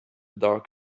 dark